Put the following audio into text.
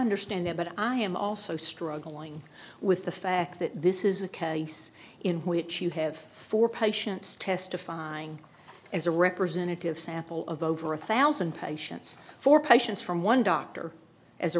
understand that but i am also struggling with the fact that this is a case in which you have four patients testifying as a representative sample of over a thousand patients four patients from one doctor as a